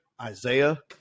Isaiah